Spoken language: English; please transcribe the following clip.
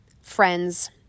friends